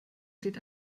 steht